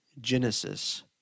Genesis